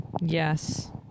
Yes